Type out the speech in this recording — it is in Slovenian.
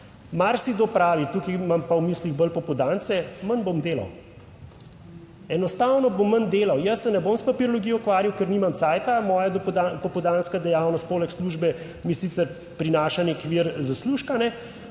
Marsikdo pravi - tukaj imam pa v mislih bolj popoldance -, manj bom delal. Enostavno bo manj delal. Jaz se ne bom s papirologijo ukvarjal, ker nimam "cajta", moja popoldanska dejavnost poleg službe mi sicer prinaša nek vir zaslužka,